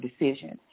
decisions